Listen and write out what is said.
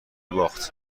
باخت